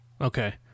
Okay